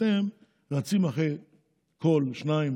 אתם רצים אחרי קול-שניים